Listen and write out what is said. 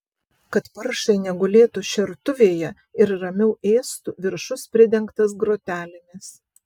kad paršai negulėtų šertuvėje ir ramiau ėstų viršus pridengtas grotelėmis